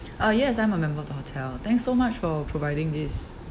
uh yes I'm a member of the hotel thanks so much for providing this